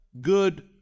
good